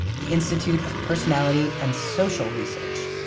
the institute of personality and social research,